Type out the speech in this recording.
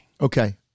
Okay